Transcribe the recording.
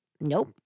nope